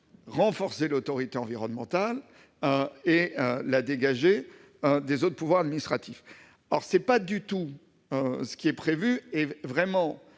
renforcer l'autorité environnementale et la rendre indépendante des autres pouvoirs administratifs. Or ce n'est pas du tout ce qui est prévu. C'est vrai